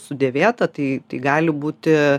sudėvėta tai gali būti